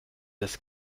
das